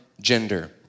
gender